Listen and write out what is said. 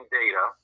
data